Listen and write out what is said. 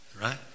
right